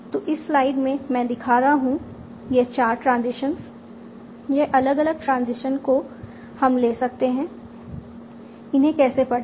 तो इस स्लाइड में मैं दिखा रहा हूं यह चार ट्रांजिशंस यह अलग अलग ट्रांजिशन जो हम ले सकते हैं इन्हें कैसे पढ़ें